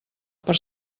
per